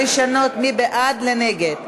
לשנות: מבעד לנגד.